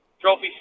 trophy